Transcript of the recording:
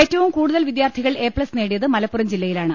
ഏറ്റവും കൂടുതൽ വിദ്യാർത്ഥികൾ എ പ്തസ് നേടിയത് മലപ്പുറം ജില്ലയിലാണ്